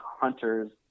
hunters